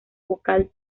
vocal